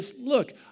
Look